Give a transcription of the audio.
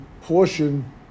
portion